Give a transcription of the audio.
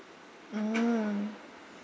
mm